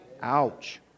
ouch